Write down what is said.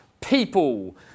people